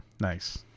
Nice